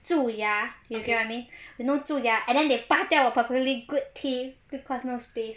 蛀牙 you get what I mean and then they 拔掉 perfectly good teeth because no space